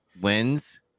wins